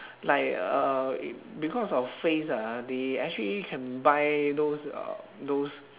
like uh because of face ah they actually can buy those uh those